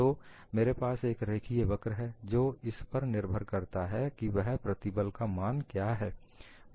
तो मेरे पास एक रेखिए वक्र है जो इस पर निर्भर करता है कि वह प्रतिबल का मान क्या है